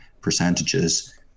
percentages